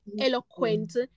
eloquent